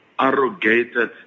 arrogated